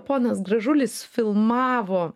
ponas gražulis filmavo